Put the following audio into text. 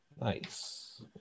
Nice